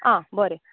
आं बरें